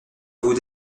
vous